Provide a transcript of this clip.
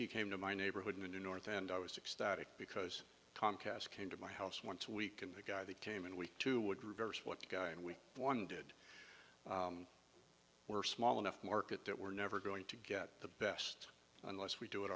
bt came to my neighborhood in the north and i was ecstatic because comcast came to my house once a week and the guy that came in week two would reverse what the guy in week one did were small enough market that we're never going to get the best unless we do it